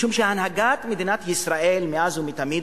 משום שהנהגת מדינת ישראל מאז ומתמיד,